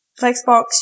Flexbox